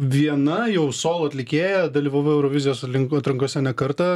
viena jau solo atlikėja dalyvavai eurovizijos atrankose ne kartą